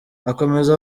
akomeza